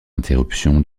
interruption